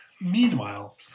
Meanwhile